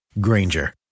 Granger